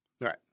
Right